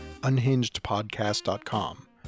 unhingedpodcast.com